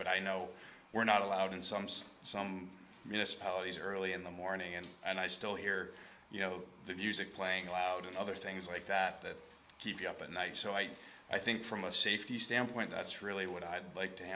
but i know we're not allowed in some say some municipalities early in the morning and and i still hear you know the music playing loud and other things like that that keep you up at night so i i think from a safety standpoint that's really what i'd like to